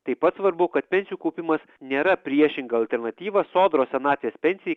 taip pat svarbu kad pensijų kaupimas nėra priešinga alternatyva sodros senatvės pensijai